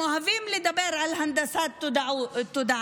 הם אוהבים לדבר על הנדסת תודעה,